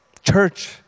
Church